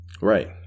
Right